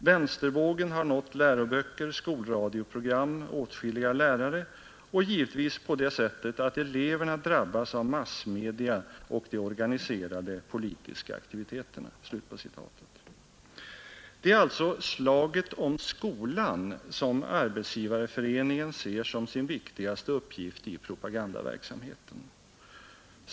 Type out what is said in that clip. Vänstervågen har nått läroböcker, skolradioprogram, åtskilliga lärare och givetvis på det sättet att eleverna drabbas av massmedia och de organiserade politiska aktiviteterna.” Det är alltså slaget om skolan som Arbetsgivareföreningen ser som sin viktigaste uppgift i propagandaverksamheten.